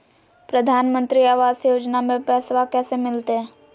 प्रधानमंत्री आवास योजना में पैसबा कैसे मिलते?